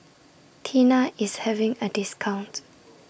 Tena IS having A discount